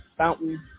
Fountain